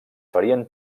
farien